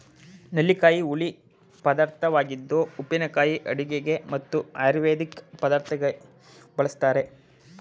ನೆಲ್ಲಿಕಾಯಿ ಹುಳಿ ಪದಾರ್ಥವಾಗಿದ್ದು ಉಪ್ಪಿನಕಾಯಿ ಅಡುಗೆಗೆ ಮತ್ತು ಆಯುರ್ವೇದಿಕ್ ಪದಾರ್ಥವಾಗಿ ಬಳ್ಸತ್ತರೆ